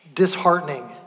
disheartening